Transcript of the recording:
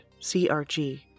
CRG